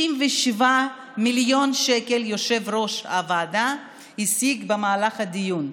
67 מיליון שקל השיג יושב-ראש הוועדה במהלך הדיון.